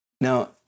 Now